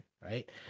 right